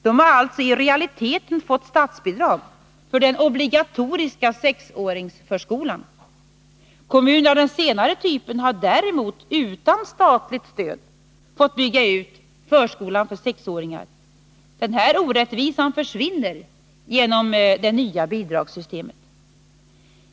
De har alltså i realiteten fått statsbidrag för den obligatoriska sexåringsförskolan. Kommuner av den senare typen har däremot utan statligt stöd fått bygga ut förskolan för sexåringar. Denna orättvisa försvinner genom det nya bidragssystemet.